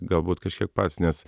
galbūt kažkiek pats nes